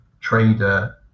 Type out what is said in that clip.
trader